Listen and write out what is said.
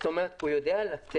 זאת אומרת, הוא יודע לתת